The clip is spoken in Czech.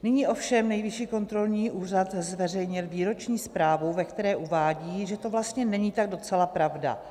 Nyní ovšem Nejvyšší kontrolní úřad zveřejnil výroční zprávu, ve které uvádí, že to vlastně není tak docela pravda.